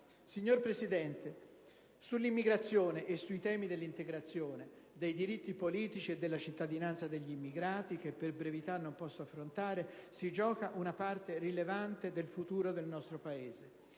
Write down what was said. Signor Presidente, sull'immigrazione - e sui temi dell'integrazione, dei diritti politici e della cittadinanza degli immigrati che per brevità non posso affrontare - si gioca una parte rilevante del futuro del nostro Paese.